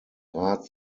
rat